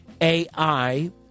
AI